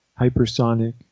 hypersonic